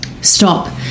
Stop